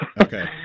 Okay